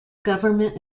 government